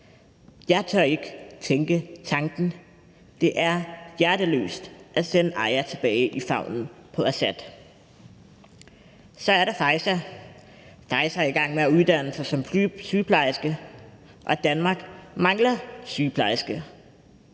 Jeg tør ikke tænke tanken. Det er hjerteløst at sende Aya tilbage i favnen på Assad. Så er der Faeza. Faeza er i gang med at uddanne sig som sygeplejerske, og Danmark mangler sygeplejersker.